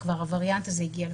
הווריאנט הזה הגיע לכולן,